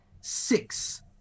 six